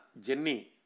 Jenny